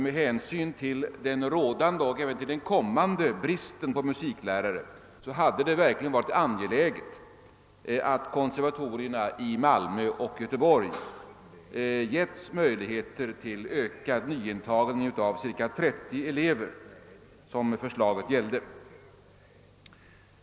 Med hänsyn till den rådande och även till den kommande bristen på musiklärare hade det verkligen varit angeläget att konservatorierna i Göteborg och Malmö fått möjligheter till ökad nyintagning av cirka 30 elever, som förslaget här gäller.